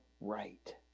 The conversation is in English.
right